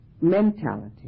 mentality